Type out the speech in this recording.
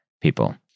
people